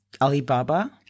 Alibaba